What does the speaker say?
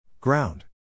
Ground